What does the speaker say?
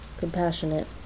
compassionate